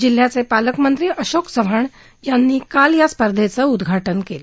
जिल्ह्याचे पालकमंत्री अशोक चव्हाण यांनी काल या स्पर्धेचं उद्घाटन केलं